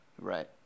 Right